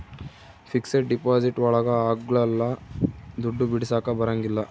fixed deposit ಒಳಗ ಅಗ್ಲಲ್ಲ ದುಡ್ಡು ಬಿಡಿಸಕ ಬರಂಗಿಲ್ಲ